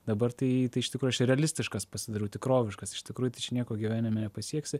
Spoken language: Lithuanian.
dabar tai tai iš tikro aš realistiškas pasidariau tikroviškas iš tikrųjų nieko gyvenime nepasieksi